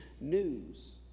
news